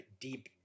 deep